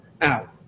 out